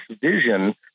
vision